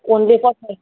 only four